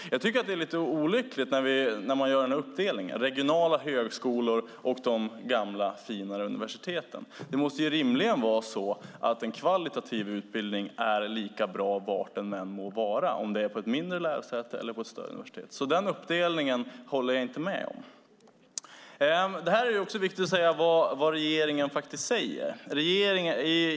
Jag tycker att det är lite olyckligt när man gör den här uppdelningen mellan regionala högskolor och de gamla fina universiteten. En kvalitativt bra utbildning måste rimligen vara lika bra var den än finns, om det är på ett mindre lärosäte eller på ett större universitet. Den här uppdelningen håller jag alltså inte med om. Här är det också viktigt att säga vad regeringen faktiskt säger.